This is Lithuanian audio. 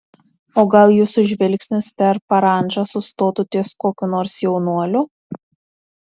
o gal jūsų žvilgsnis per parandžą sustotų ties kokiu nors jaunuoliu